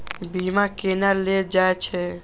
बीमा केना ले जाए छे?